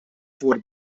voor